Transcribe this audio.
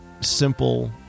simple